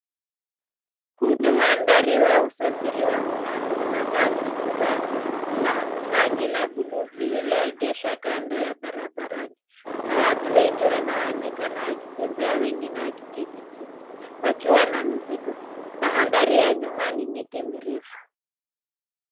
Huu ni mandhari wa usafiri wa umma. Kuna basi kubwa la rangi la bluu lililoengeshwa kando ya barabarani. Kuna watu wengi wanaonekana wakitembea wengine wakiketi chini wakiwa na mizigo. Mandhari ya nyuma ni miti mirefu.